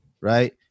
right